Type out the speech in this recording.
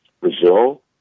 Brazil